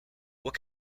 what